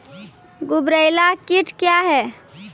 गुबरैला कीट क्या हैं?